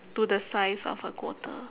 to the size of a quarter